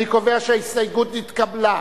אני קובע שההסתייגות נתקבלה.